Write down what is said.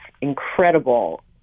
incredible